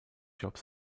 jobs